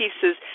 pieces